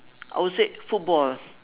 I would say football ah